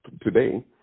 today